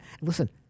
Listen